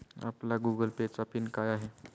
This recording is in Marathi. आपला गूगल पे चा पिन काय आहे?